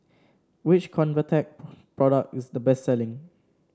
which Convatec product is the best selling